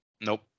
Nope